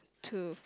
to